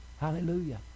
Hallelujah